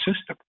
system